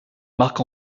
marque